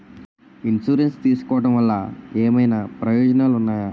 Insurance తీసుకోవటం వల్ల ఏమైనా ప్రయోజనాలు ఉన్నాయా?